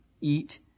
eat